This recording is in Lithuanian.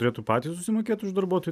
turėtų patys susimokėt už darbuotojų